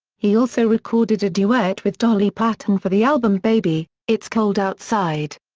he also recorded a duet with dolly parton for the album baby, it's cold outside.